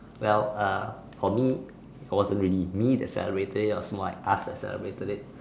well uh for me it wasn't really me that celebrated it it was more like us that celebrated it